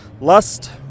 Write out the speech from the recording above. Lust